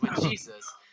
Jesus